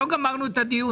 עוד לא גמרנו את הדיון.